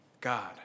God